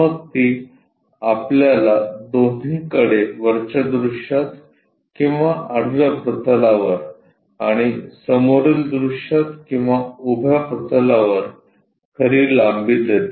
मग ती आपल्याला दोन्हीकडे वरच्या दृश्यात किंवा आडव्या प्रतलावर आणि समोरील दृश्यात किंवा उभ्या प्रतलावर खरी लांबी देते